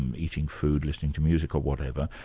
and eating food, listening to music or whatever,